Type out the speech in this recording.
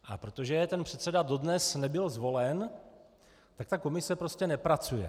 A protože ten předseda dodnes nebyl zvolen, tak ta komise prostě nepracuje.